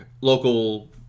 local